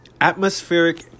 atmospheric